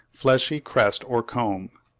fleshy crest or comb.